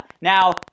Now